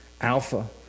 Alpha